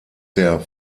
der